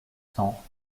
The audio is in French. cent